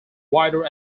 wider